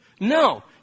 No